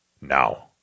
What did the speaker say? Now